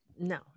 No